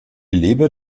leber